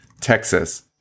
Texas